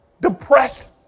depressed